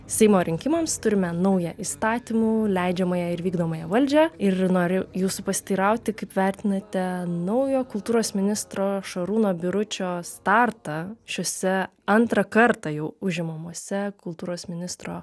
seimo rinkimams turime naują įstatymų leidžiamąją ir vykdomąją valdžią ir noriu jūsų pasiteirauti kaip vertinate naujo kultūros ministro šarūno biručio startą šiuose antrą kartą jau užimamose kultūros ministro